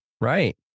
Right